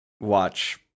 watch